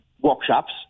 workshops